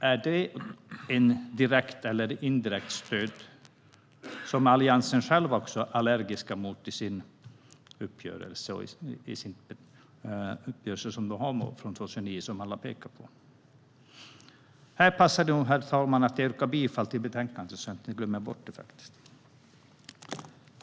Är det ett direkt eller indirekt stöd som Alliansen själv också är allergisk mot i den uppgörelse som de har från 2009 som alla pekar på? Här passar det nog, herr talman, att jag yrkar bifall till förslaget i betänkandet.